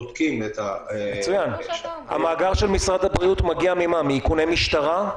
בודקים --- המאגר של משרד הבריאות מגיע מאיכוני משטרה?